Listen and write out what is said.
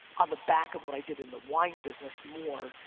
on the back of what i did in the wine business more,